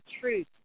truth